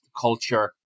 culture